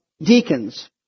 deacons